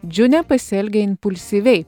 džiunė pasielgia impulsyviai